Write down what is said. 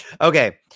Okay